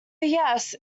yes